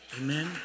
Amen